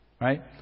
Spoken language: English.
right